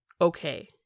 okay